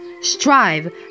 strive